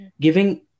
Giving